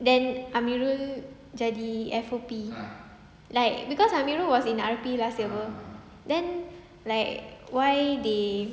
then amirul jadi F_O_P like cause amirul was in R_P last year [pe] then like why they